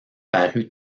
parut